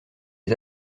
les